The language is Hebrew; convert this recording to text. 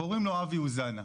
קוראים לו אבי אוזנה.